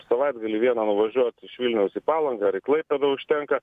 savaitgalį vieną nuvažiuot iš vilniaus į palangą ar į klaipėdą užtenka